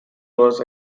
was